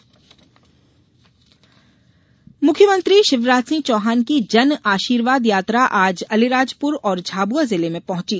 जन आशीर्वाद यात्रा मुख्यमंत्री शिवराज सिंह चौहान की जन आशीर्वाद यात्रा आज अलीराजपुर और झाबुआ जिले में पहुंची